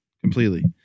Completely